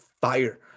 fire